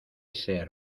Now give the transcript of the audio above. ser